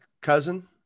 cousin